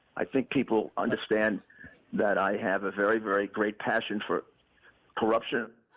i think people understand that i have a very, very great passion for corruption.